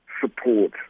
support